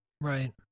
Right